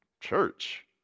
church